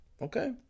okay